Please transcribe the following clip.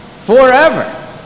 forever